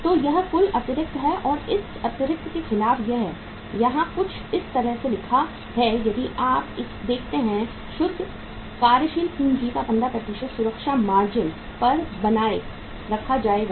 तो यह कुल अतिरिक्त है और इस अतिरिक्त के खिलाफ यह यहाँ कुछ इस तरह से लिखा है यदि आप देखते हैं शुद्ध कार्यशील पूंजी का 15 सुरक्षा मार्जिन पर बनाए रखा जाएगा